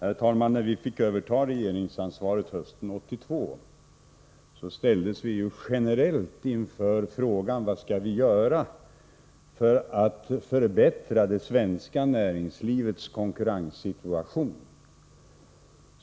Herr talman! När vi fick överta regeringsansvaret hösten 1982 ställdes vi generellt inför frågan: Vad skall vi göra för att förbättra det svenska näringslivets konkurrenssituation?